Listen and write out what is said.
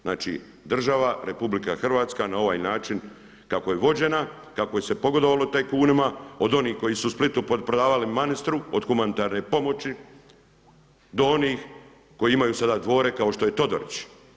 Znači država, RH na ovaj način kako je vođena, kako se pogodovalo tajkunima od onih koji su Splitu prodavali manistru od humanitarne pomoći do onih koji imaju sada dvore kao što je Todorić.